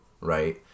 right